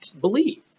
believe